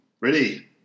Ready